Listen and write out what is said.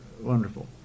wonderful